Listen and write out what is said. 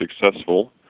successful